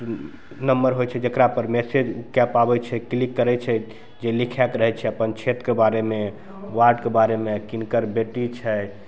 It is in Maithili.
नम्बर होइ छै जकरापर मैसेज कै पाबै छै क्लिक करै छै जे लिखैके रहै छै अपन क्षेत्रके बारेमे वार्डके बारेमे किनकर बेटी छै